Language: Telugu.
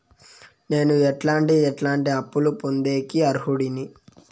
నేను ఎట్లాంటి ఎట్లాంటి అప్పులు పొందేకి అర్హుడిని?